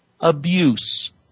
abuse